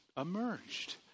emerged